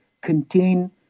contain